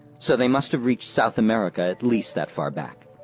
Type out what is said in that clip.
so they must have reached south america at least that far back